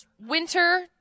winter